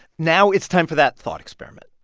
now it's time for that thought experiment.